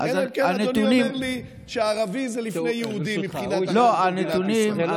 אלא אם כן אדוני אומר לי שערבי זה לפני יהודי מבחינת החוק במדינת ישראל.